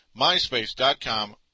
MySpace.com